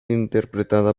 interpretada